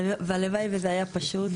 והלוואי וזה היה פשוט,